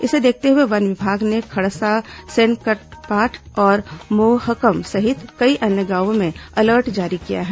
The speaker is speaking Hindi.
इसे देखते हुए वन विभाग ने खड़सा सेनकपाठ और मोहकम सहित कई अन्य गांवों में अलर्ट जारी किया है